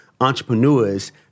entrepreneurs